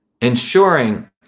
ensuring